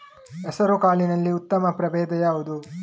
ಹೆಸರುಕಾಳಿನಲ್ಲಿ ಉತ್ತಮ ಪ್ರಭೇಧ ಯಾವುದು?